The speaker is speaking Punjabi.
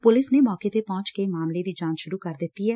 ਪੁਲੀਸ ਨੇ ਮੌਕੇ ਤੇ ਪਹੁੰਚ ਕੇ ਮਾਮਲੇ ਦੀ ਜਾਂਚ ਸ਼ੁਰੁ ਕਰ ਦਿੱਤੀ ਐ